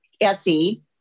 SE